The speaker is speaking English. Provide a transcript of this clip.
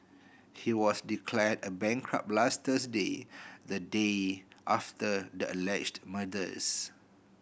he was declared a bankrupt last Thursday the day after the alleged murders